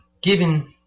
given